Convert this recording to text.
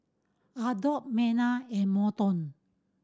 Adolf Mena and Morton